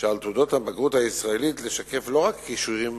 שעל תעודת הבגרות הישראלית לשקף לא רק כישורים